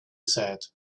said